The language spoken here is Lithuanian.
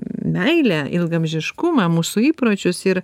meilę ilgaamžiškumą mūsų įpročius ir